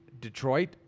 Detroit